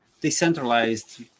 decentralized